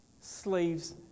slave's